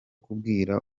kubwira